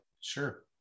sure